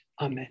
Amen